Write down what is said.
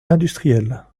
industriel